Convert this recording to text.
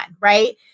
right